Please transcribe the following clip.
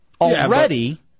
already